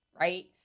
right